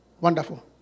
Wonderful